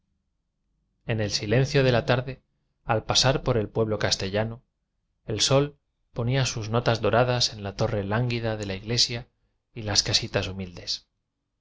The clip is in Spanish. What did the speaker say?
n el silencio de la tarde al pasar por el pueblo castellano el sol ponía sus notas doradas en la torre lánguida de la iglesia y en las casitas humildes